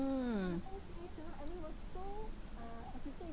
hmm